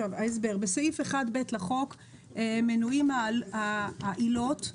בסעיף 1ב לחוק מנויות העילות,